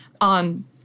on